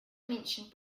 mentioned